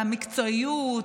במקצועיות,